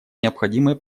необходимой